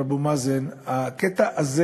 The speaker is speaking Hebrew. מר אבו מאזן, הקטע הזה